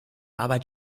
arbeit